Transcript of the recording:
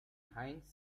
heinz